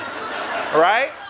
right